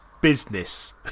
business